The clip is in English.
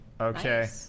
Okay